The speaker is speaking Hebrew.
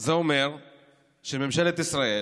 זה אומר שממשלת ישראל